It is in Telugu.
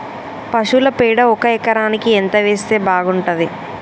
పశువుల పేడ ఒక ఎకరానికి ఎంత వేస్తే బాగుంటది?